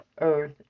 earth